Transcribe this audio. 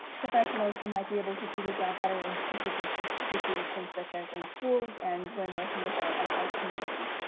professionals who might be able to do their job better in specific so situations such as in schools and when working with our unhoused community.